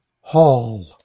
Hall